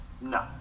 No